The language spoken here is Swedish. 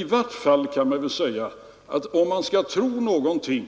I varje fall kan man väl säga att om man skall tro någonting